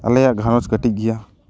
ᱟᱞᱮᱭᱟᱜ ᱜᱷᱟᱨᱚᱸᱡᱽ ᱠᱟᱹᱴᱤᱡ ᱜᱮᱭᱟ